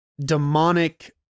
demonic